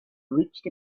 reached